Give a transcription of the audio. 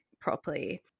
properly